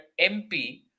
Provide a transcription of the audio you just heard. MP